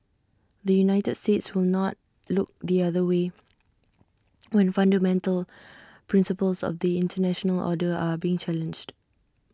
the united states will not look the other way when fundamental principles of the International order are being challenged